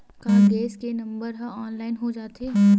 का गैस के नंबर ह ऑनलाइन हो जाथे?